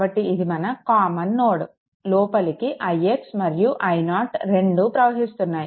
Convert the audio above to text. కాబట్టి మన common node లోపలికి ix మరియు i0 రెండు ప్రవహిస్తున్నాయి